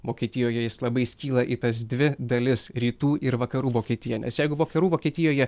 vokietijoje jis labai skyla į tas dvi dalis rytų ir vakarų vokietiją nes jeigu vakarų vokietijoje